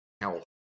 health